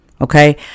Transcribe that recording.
okay